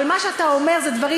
אבל מה שאתה אומר זה דברים